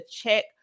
check